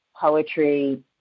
poetry